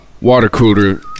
water-cooler